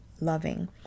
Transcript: loving